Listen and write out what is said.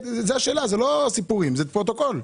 אני לא מספר סיפורים, ככה כתוב בפרוטוקול.